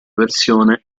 versione